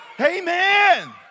Amen